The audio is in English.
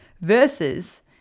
versus